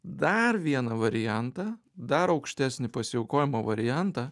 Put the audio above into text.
dar vieną variantą dar aukštesnį pasiaukojimo variantą